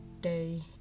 day